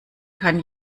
kann